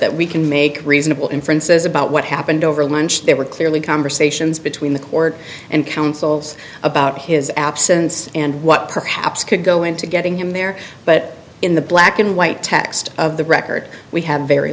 that we can make reasonable inferences about what happened over lunch there were clearly conversations between the court and counsels about his absence and what perhaps could go into getting in there but in the black and white text of the record we have very